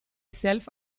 self